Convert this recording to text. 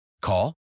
Call